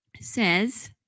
says